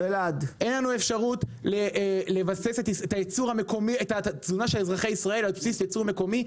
אין לנו אפשרות לבסס את התזונה של אזרחי ישראל על בסיס ייצור מקומי,